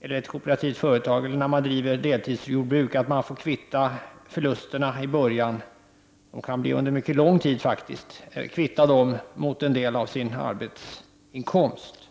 ett kooperativt företag eller deltidsjordbruk får man kvitta förlusten i början — det kan vara fråga om mycket lång tid — mot en del av sina arbetsinkomster.